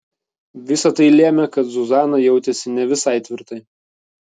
visa tai lėmė kad zuzana jautėsi ne visai tvirtai